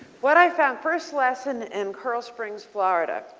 what i found first lesson in carrol springs, florida.